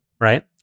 right